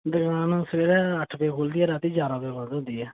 दकान सबेरा अट्ठ बजे खुलदी ऐ रातीं ञारां बजे बंद होंदी ऐ